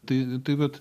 tai tai vat